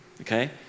Okay